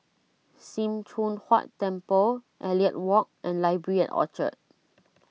Sim Choon Huat Temple Elliot Walk and Library at Orchard